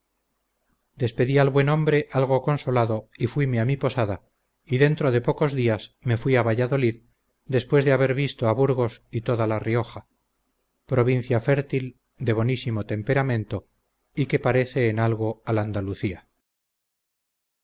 despedí al buen hombre algo consolado y fuime a mi posada y dentro de pocos días me fuí a valladolid después de haber visto a búrgos y toda la rioja provincia fértil de bonísimo temperamento y que parece en algo al andalucía